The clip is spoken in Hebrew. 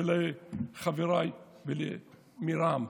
ולחבריי מרע"מ,